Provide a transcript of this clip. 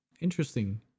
Interesting